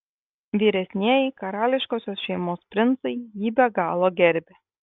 vyresnieji karališkosios šeimos princai jį be galo gerbė